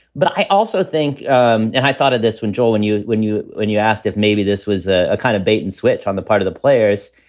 but i also think um and i thought of this when joel when you when you when you asked if maybe this was a kind of bait and switch on the part of the players,